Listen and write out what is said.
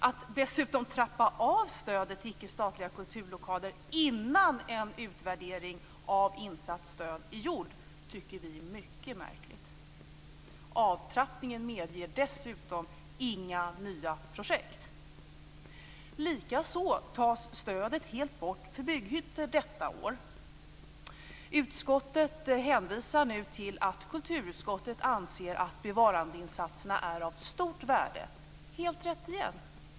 Att dessutom trappa av stödet till ickestatliga kulturlokaler innan en utvärdering av insatsstöd gjorts tycker vi är mycket märkligt. Avtrappningen medger dessutom inga nya projekt. Likaså tas stödet för bygghyttor bort detta år. Utskottet hänvisar nu till att kulturutskottet anser att bevarandeinsatserna är av stort värde. Det är helt rätt igen.